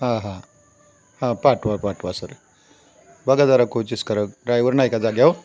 हां हां हां पाठवा पाठवा सर बघा जरा कोशिस करा ड्रायवर नाही का जाग्यावर